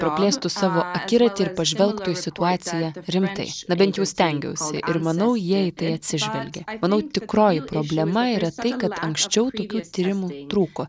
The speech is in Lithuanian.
praplėstų savo akiratį ir pažvelgtų į situaciją rimtai na bent jau stengiausi ir manau jie į tai atsižvelgė manau tikroji problema yra tai kad anksčiau tokių tyrimų trūko